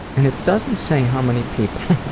and it doesn't say how many people.